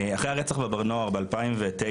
אחרי הרצח בבר נוער ב- 2009,